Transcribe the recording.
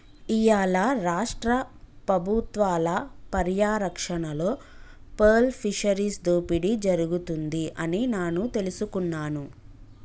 ఇయ్యాల రాష్ట్ర పబుత్వాల పర్యారక్షణలో పేర్ల్ ఫిషరీస్ దోపిడి జరుగుతుంది అని నాను తెలుసుకున్నాను